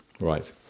Right